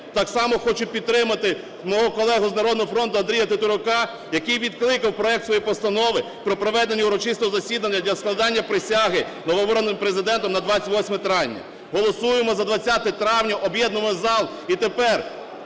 Так само хочу підтримати мого колегу з "Народного фронту" Андрія Тетерука, який відкликав проект своєї постанови про проведення урочистого засідання для складення присяги новообраним Президентом на 28 травня. Голосуймо за 20 травня, об'єднуймо зал! І тепер